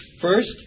first